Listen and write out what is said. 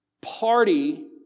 party